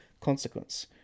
consequence